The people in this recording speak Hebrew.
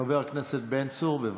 חבר הכנסת בן צור, בבקשה.